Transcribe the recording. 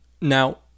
Now